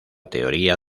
teoría